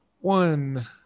One